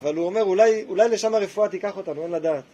אבל הוא אומר, אולי לשם הרפואה תיקח אותנו, אין לדעת.